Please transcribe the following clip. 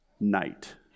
night